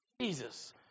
Jesus